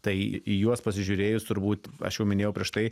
tai į juos pasižiūrėjus turbūt aš jau minėjau prieš tai